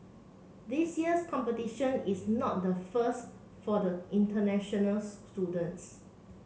this year's competition is not the first for the international students